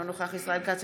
אינו נוכח ישראל כץ,